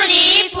but e